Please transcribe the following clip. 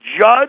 judge